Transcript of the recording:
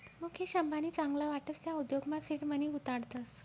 मुकेश अंबानी चांगला वाटस त्या उद्योगमा सीड मनी गुताडतस